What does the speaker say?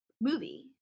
movie